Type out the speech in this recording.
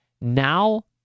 Now